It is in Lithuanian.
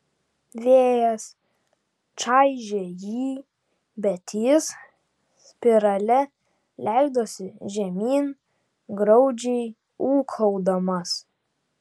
vėjas čaižė jį bet jis spirale leidosi žemyn graudžiai ūkaudamas